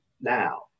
now